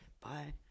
Bye